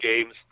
games